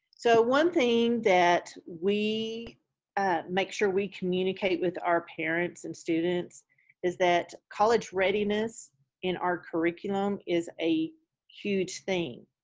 so, one thing that we make sure we communicate with our parents and students is that college readiness in our curriculum is a huge thing,